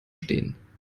stehen